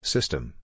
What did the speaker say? System